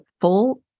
full